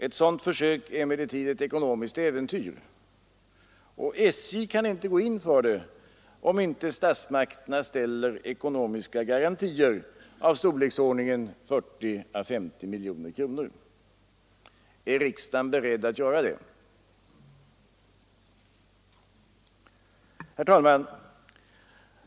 Ett sådant försök är emellertid ett ekonomiskt äventyr, och SJ kan inte gå in för det om inte statsmakterna ställer ekonomiska garantier av storleksordningen 40 å 50 miljoner kronor. Är riksdagen beredd att göra det? Herr talman!